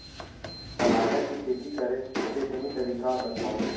टमाटर की खेती करे के सही तरीका बतावा?